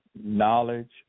knowledge